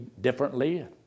differently